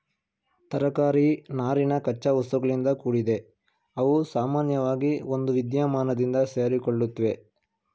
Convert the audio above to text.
ತರಕಾರಿ ನಾರಿನ ಕಚ್ಚಾವಸ್ತುಗಳಿಂದ ಕೂಡಿದೆ ಅವುಸಾಮಾನ್ಯವಾಗಿ ಒಂದುವಿದ್ಯಮಾನದಿಂದ ಸೇರಿಕೊಳ್ಳುತ್ವೆ